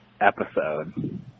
episode